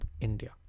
India